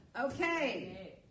okay